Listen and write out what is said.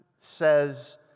says